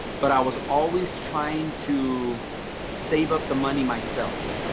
but i was always trying to save up the money myself.